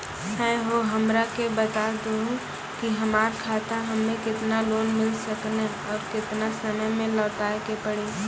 है हो हमरा के बता दहु की हमार खाता हम्मे केतना लोन मिल सकने और केतना समय मैं लौटाए के पड़ी?